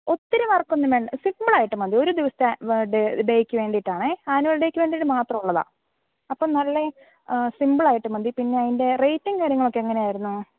ഒത്തിരി വർക്കൊന്നും വേണ്ട സിമ്പിളായിട്ട് മതി ഒരു ദിവസത്തെ ഡേയ്ക്ക് വേണ്ടിയിട്ടാണ് ആനുവൽ ഡേയ്ക്ക് വേണ്ടിയിട്ട് മാത്രമുള്ളതാണ് അപ്പോൾ നല്ല സിമ്പിളായിട്ട് മതി പിന്നെ അതിൻ്റെ റേയ്റ്റും കാര്യങ്ങളും ഒക്കെ എങ്ങനെ ആയിരുന്നു